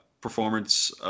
performance